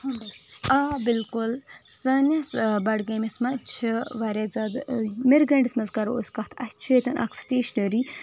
آ بِلکُل سٲنِس بڈگٲمِس منٛز چھِ واریاہ زیادٕ مِرگنٛڈِس منٛز کرو أسۍ کَتھ اَسہِ چھُ ییٚتٮ۪ن اکھ سٹیشنری